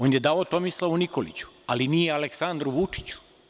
On je dao Tomislavu Nikoliću, ali nije Aleksandru Vučiću.